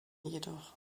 jedoch